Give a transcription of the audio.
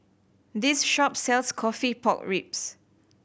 this shop sells coffee pork ribs